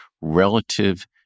relative